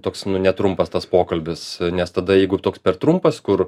toks netrumpas tas pokalbis nes tada jeigu toks per trumpas kur